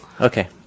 Okay